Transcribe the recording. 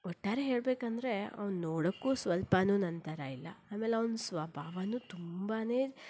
ಒಟ್ಟಾರೆ ಹೇಳಬೇಕೆಂದರೆ ಅವನು ನೋಡೋಕ್ಕೂ ಸ್ವಲ್ಪವೂ ನನ್ನ ಥರ ಇಲ್ಲ ಆಮೇಲೆ ಅವನ ಸ್ವಭಾವವೂ ತುಂಬ